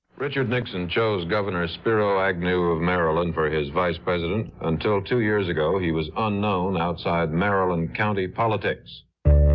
richard nixon chose governor spiro agnew of maryland for his vice president until two years ago, he was unknown outside maryland county politics